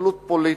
הסתכלות פוליטית.